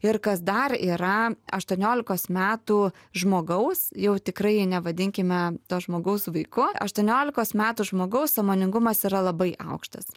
ir kas dar yra aštuoniolikos metų žmogaus jau tikrai nevadinkime to žmogaus vaiku aštuoniolikos metų žmogaus sąmoningumas yra labai aukštas